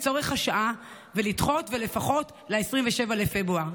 צורך השעה ולדחות לפחות ל-27 בפברואר.